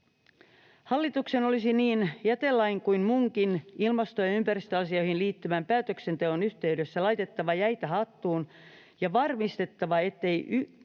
Hallituksen olisi niin jätelain kuin muunkin ilmasto- ja ympäristöasioihin liittyvän päätöksenteon yhteydessä laitettava jäitä hattuun ja varmistettava, ettei se